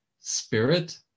spirit